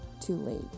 too-late